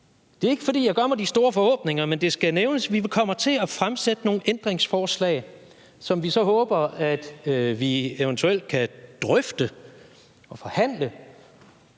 Det er ikke, fordi jeg gør mig de store forhåbninger, men det skal nævnes, at vi kommer til at fremsætte nogle ændringsforslag, som vi håber at vi eventuelt kan drøfte og forhandle,